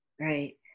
right